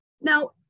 Now